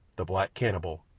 the black cannibal,